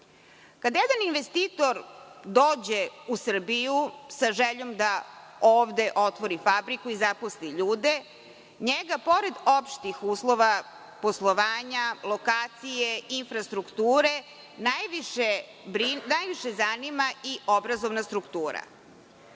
Kada jedan investitor dođe u Srbiju sa željom da ovde otvori fabriku i zaposli ljude, njega pored opštih uslova poslovanja, lokacije i infrastrukture, najviše zanima i obrazovna struktura. Naravno